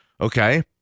Okay